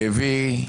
כאבי,